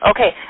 Okay